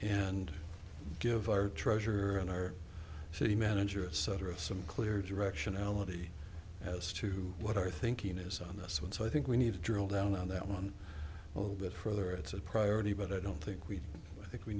and give our treasurer and our city manager etc some clear directionality as to what our thinking is on this one so i think we need to drill down on that one a little bit further it's a priority but i don't think we think we